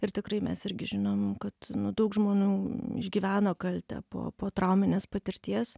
ir tikrai mes irgi žinom kad daug žmonių išgyvena kaltę po po trauminės patirties